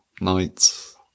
nights